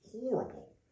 horrible